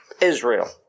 Israel